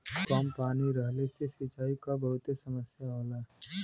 कम पानी रहले से सिंचाई क बहुते समस्या होला